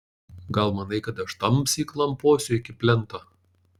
gal manai kad aš tamsy klamposiu iki plento